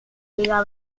liga